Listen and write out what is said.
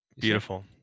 Beautiful